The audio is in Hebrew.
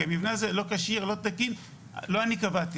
כי המבנה הזה לא כשיר ולא תקין ואת זה לא אני קבעתי.